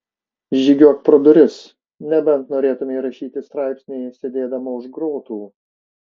žygiuok pro duris nebent norėtumei rašyti straipsnį sėdėdama už grotų